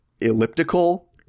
elliptical